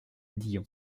dillon